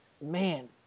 man